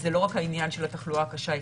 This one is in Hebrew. אז זה לא רק העניין של התחלואה הקשה אצלו.